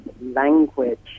language